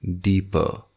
deeper